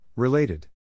Related